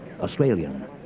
Australian